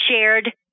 shared